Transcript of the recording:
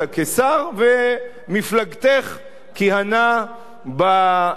ומפלגתךְ כיהנה בקואליציה.